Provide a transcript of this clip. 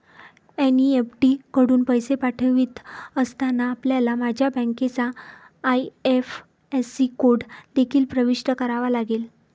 NEFT कडून पैसे पाठवित असताना, आपल्याला माझ्या बँकेचा आई.एफ.एस.सी कोड देखील प्रविष्ट करावा लागेल